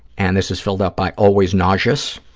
and this is filled out by always nauseous.